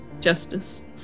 justice